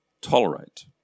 tolerate